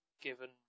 given